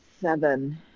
seven